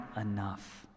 enough